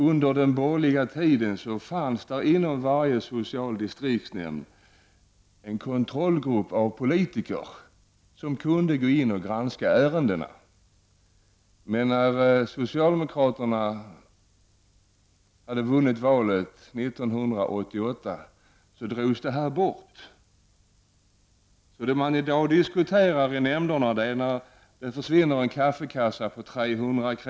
Under den borgerliga tiden fanns det inom varje socialdistriktsnämnd en kontrollgrupp med politiker som kunde gå in och granska ärenden. 1988 togs den möjligheten bort. Vad man i dag diskuterar i nämnderna är kanske förlusten av en kaffekassa om 300 kr.